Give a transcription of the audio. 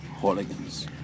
hooligans